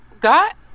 got